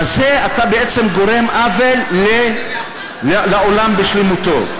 בזה אתה בעצם גורם עוול לעולם בשלמותו.